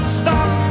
stop